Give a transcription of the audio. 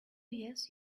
yes